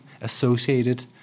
associated